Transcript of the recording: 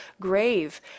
grave